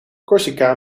corsica